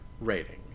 rating